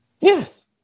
Yes